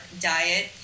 diet